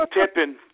tipping